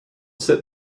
sit